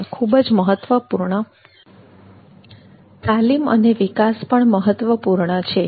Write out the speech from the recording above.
સાથે સાથે કર્મચારીઓની તાલીમ અને વિકાસ પણ મહત્વપૂર્ણ છે